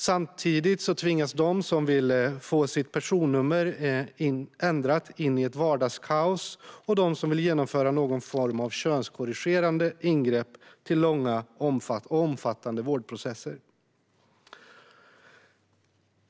Samtidigt tvingas de som vill få sitt personnummer ändrat in i ett vardagskaos, och de som vill genomföra någon form av könskorrigerande ingrepp tvingas till långa och omfattande vårdprocesser.